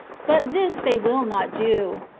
but this they will not do.